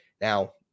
Now